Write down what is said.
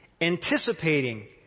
anticipating